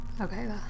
Okay